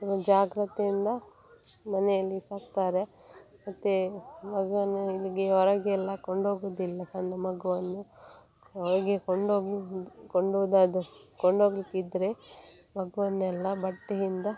ಜಾಗ್ರತೆಯಿಂದ ಮನೆಯಲ್ಲಿ ಸಾಕ್ತಾರೆ ಮತ್ತು ಮಗುವನ್ನು ಹೀಗೆ ಹೊರಗೆಲ್ಲ ಕೊಂಡೋಗುವುದಿಲ್ಲ ಸಣ್ಣ ಮಗುವನ್ನು ಹೊರಗೆ ಕೊಂಡೋದದ್ದು ಕೊಂಡೋಗಲಿಕ್ಕಿದ್ರೆ ಮಗುವನ್ನೆಲ್ಲ ಬಟ್ಟೆಯಿಂದ